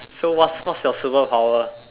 so what's what's your superpower